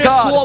God